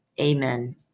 Amen